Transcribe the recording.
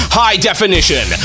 high-definition